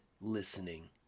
listening